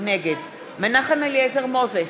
נגד מנחם אליעזר מוזס,